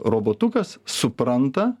robotukas supranta